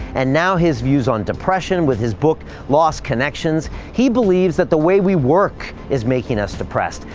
and now his views on depression with his book lost connections. he believes that the way we work is making us depressed,